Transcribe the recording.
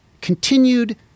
continued